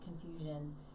confusion